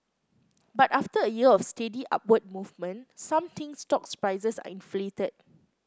but after a year of steady upward movement some think stocks prices are inflated